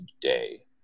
today